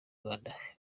rwanda